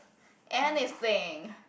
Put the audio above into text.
anything